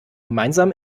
gemeinsam